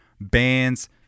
bands